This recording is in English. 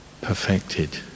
perfected